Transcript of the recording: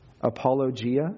apologia